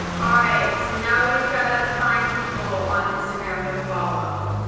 all right, so now we've got to find people on instagram to follow.